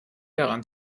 daran